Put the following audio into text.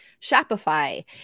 Shopify